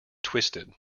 twisted